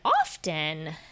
often